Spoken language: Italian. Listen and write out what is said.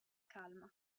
calma